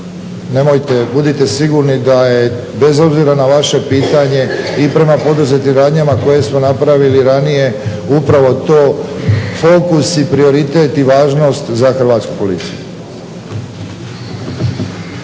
Nemojte, budite sigurni da je bez obzira na vaše pitanje i prema poduzetim radnjama koje smo napravili ranije upravo to fokus i prioritet i važnost za hrvatsku policiju.